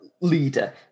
leader